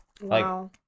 Wow